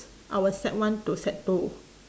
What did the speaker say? I was sec one to sec two